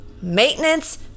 maintenance